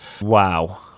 Wow